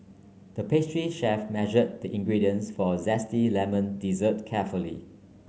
the pastry chef measured the ingredients for a zesty lemon dessert carefully